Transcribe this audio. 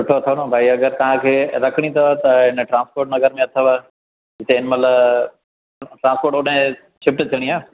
सुठो अथव न भई अगरि तव्हांखे रखिणी अथव त इन ट्रांस्पोर्ट नगर में अथव जेॾी महिल ट्रांस्पोर्ट उते शिफ्ट थियणी आहे